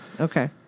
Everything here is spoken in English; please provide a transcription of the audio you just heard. Okay